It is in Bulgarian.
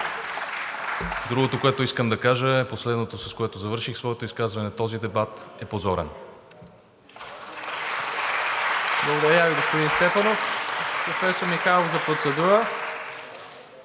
Другото, което искам да кажа, е последното, с което завърших своето изказване – този дебат е позорен.